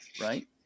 right